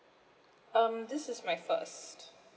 um this is my first